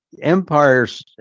empires